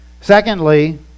Secondly